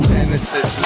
Genesis